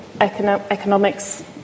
economics